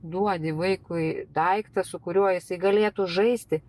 duodi vaikui daiktą su kuriuo jisai galėtų žaisti